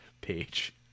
page